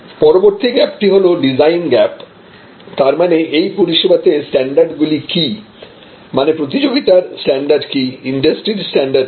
পরবর্তী গ্যাপটি হল ডিজাইন গ্যাপ তার মানে এই পরিষেবাতে স্ট্যান্ডার্ড গুলি কি মানে প্রতিযোগিতার স্ট্যান্ডার্ড কি ইন্ডাস্ট্রির স্ট্যান্ডার্ড কি